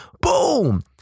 Boom